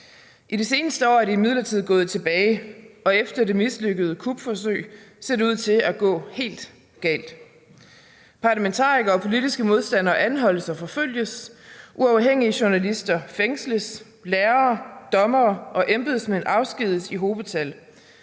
I de seneste år er det imidlertid gået tilbage, og efter det mislykkede kupforsøg ser det ud til at gå helt galt. Parlamentarikere og politiske modstandere anholdes og forfølges, uafhængige journalister fængsles, og lærere, dommere og embedsmænd afskediges i hobetal,